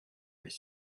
with